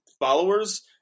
followers